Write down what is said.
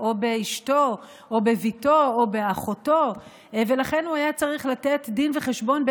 ההצעה הזאת תצטרף ובעצם תוכפף להצעת החוק הממשלתית